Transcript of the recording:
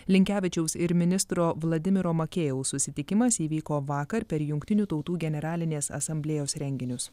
linkevičiaus ir ministro vladimiro makėjaus susitikimas įvyko vakar per jungtinių tautų generalinės asamblėjos renginius